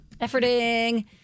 Efforting